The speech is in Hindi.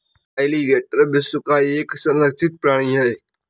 एलीगेटर विश्व का एक संरक्षित प्राणी है